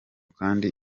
kandi